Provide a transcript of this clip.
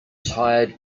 tired